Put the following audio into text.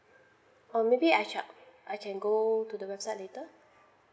or maybe I check I can go to the website later